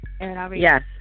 Yes